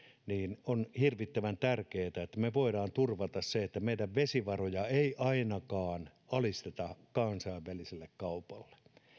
on hirvittävän tärkeätä että me voimme turvata sen että meidän vesivaroja ei ainakaan alisteta kansainväliselle kaupalle